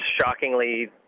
shockingly